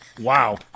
Wow